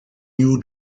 new